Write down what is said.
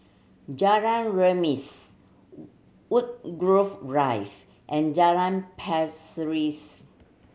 Jalan Remis Woodgrove Drive and Jalan Pasir